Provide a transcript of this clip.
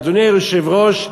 אדוני היושב-ראש,